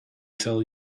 tell